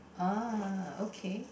uh okay